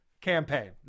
campaign